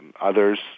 Others